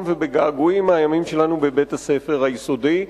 ובגעגועים מהימים שלנו בבית-הספר היסודי,